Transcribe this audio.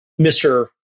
Mr